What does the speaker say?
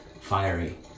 Fiery